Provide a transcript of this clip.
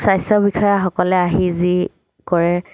স্বাস্থ্য বিষয়াসকলে আহি যি কৰে